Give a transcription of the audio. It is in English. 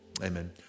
amen